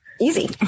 easy